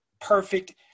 perfect